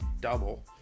double